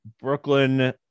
Brooklyn